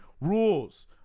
rules